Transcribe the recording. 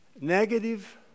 Negative